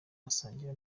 basangira